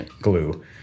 glue